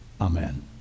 Amen